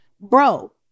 bro